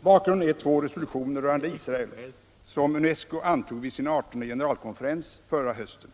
Bakgrunden är två resolutioner rörande Israel som UNESCO antog vid sin 18:e generalkonferens förra hösten.